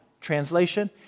Translation